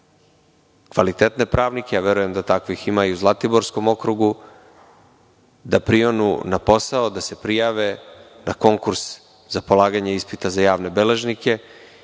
kvalitetni pravnike, verujem da takvih ima i u Zlatiborskom okrugu, da prionu na posao, da se prijave na konkurs za polaganje ispita za javne beležnike